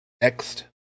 next